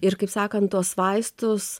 ir kaip sakant tuos vaistus